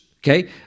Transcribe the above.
Okay